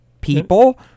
people